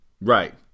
Right